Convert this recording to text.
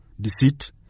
deceit